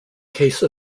case